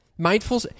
Mindful